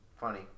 Funny